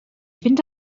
fynd